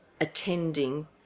attending